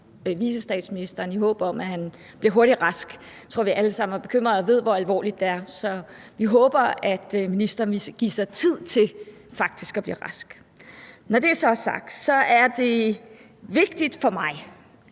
vicestatsministeren i håb om, at han bliver hurtigt rask. Jeg tror, vi alle sammen er bekymrede og ved, hvor alvorligt det er. Så vi håber, at ministeren faktisk vil give sig tid til at blive rask. Når det så er sagt, vil jeg sige, at det er vigtigt for mig,